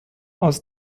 aus